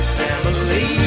family